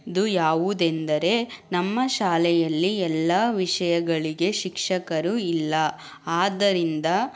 ದು ಯಾವುದೆಂದರೆ ನಮ್ಮ ಶಾಲೆಯಲ್ಲಿ ಎಲ್ಲ ವಿಷಯಗಳಿಗೆ ಶಿಕ್ಷಕರು ಇಲ್ಲ ಆದ್ದರಿಂದ